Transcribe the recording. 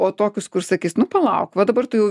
o tokius kur sakys nu palauk va dabar tu jau